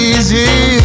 Easy